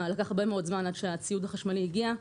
לקח הרבה מאוד שמן עד שהציוד החשמלי הגיע,